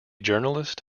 journalist